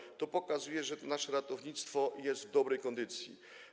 To wszystko pokazuje, że nasze ratownictwo jest w dobrej kondycji.